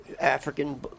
African